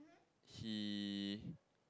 he